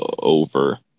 over